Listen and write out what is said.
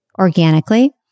organically